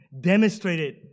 demonstrated